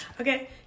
Okay